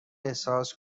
احساس